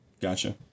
Gotcha